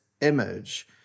image